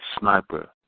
sniper